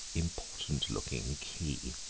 important-looking key.